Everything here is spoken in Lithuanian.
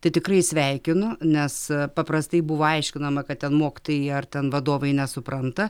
tai tikrai sveikinu nes paprastai buvo aiškinama kad ten mokytojai ar ten vadovai nesupranta